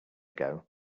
ago